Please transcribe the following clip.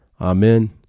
Amen